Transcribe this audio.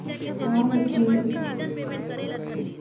का होथे?